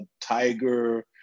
tiger